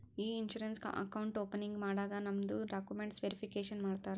E insurance account opening ಮಾಡಾಗ್ ನಮ್ದು documents verification ಮಾಡ್ತಾರ